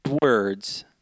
words